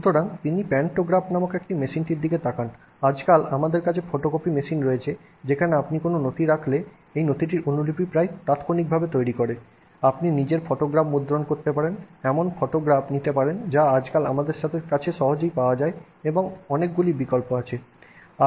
সুতরাং তিনি প্যান্টোগ্রাফ নামক একটি মেশিনটির দিকে তাকান আজকাল আমাদের কাছে ফটোকপি মেশিন রয়েছে যেখানে আপনি কোনও নথি রাখলে এটি নথিটির অনুলিপি প্রায় তাৎক্ষণিকভাবে তৈরি করে আপনি নিজের ফটোগ্রাফ মুদ্রণ করতে পারেন এমন ফটোগ্রাফ নিতে পারেন যাতে আজকাল আমাদের কাছে সহজেই পাওয়া যায় এমন অনেকগুলি বিকল্প আছে